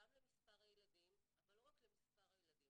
גם למספר הילדים אבל לא רק למספר הילדים,